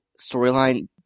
storyline